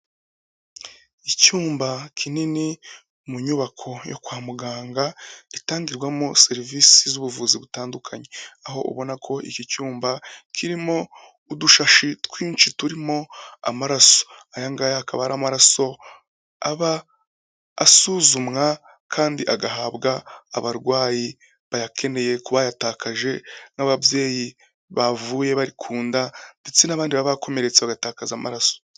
Icyumba kinini mu nyubako yo kwa muganga itangirwamo serivisi z'ubuvuzi butandukanye. Aho ubona ko iki cyumba kirimo udushashi twinshi turimo amaraso, aya ngaya akaba ari amaraso aba asuzumwa kandi agahabwa abarwayi bayakeneye kubayatakaje nk'ababyeyi bavuye bari ku nda ndetse n'abandi baba bakomeretse bagatakaza amaraso.